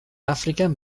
afrikan